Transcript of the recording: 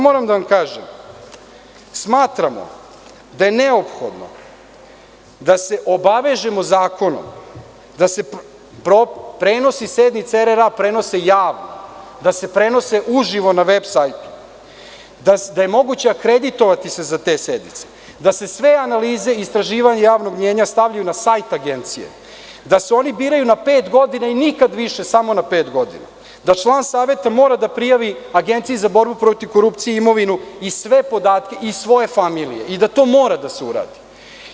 Moram da vam kažem, smatram da je neophodno da se obavežemo zakonom da se prenosi sednica RRA prenose javno, da se prenose uživo na veb sajtu, da je moguće akreditovati se za te sednice, da se sve analize i istraživanja javnog mnjenja stave na sajt Agencije, da se oni biraju na pet godina i nikada više, samo na pet godina, da član saveta mora da prijavi Agenciji za borbu protiv korupcije imovinu i sve podatke iz svoje familije i da to mora da se uradi.